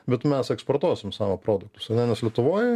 bet mes eksportuosim savo produktus ane nes lietuvoj